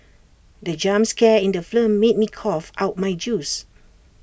the jump scare in the film made me cough out my juice